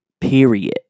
Period